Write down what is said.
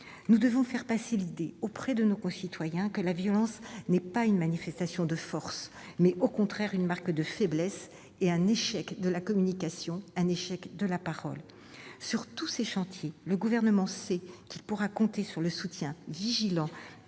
Nous devons faire passer l'idée auprès de nos concitoyens que la violence est non pas une manifestation de force, mais au contraire une marque de faiblesse et un échec de la communication, de la parole. Sur tous ces chantiers, le Gouvernement sait qu'il pourra compter sur le soutien vigilant